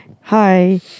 Hi